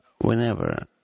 Whenever